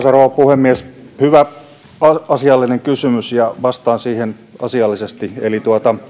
rouva puhemies hyvä asiallinen kysymys ja vastaan siihen asiallisesti eli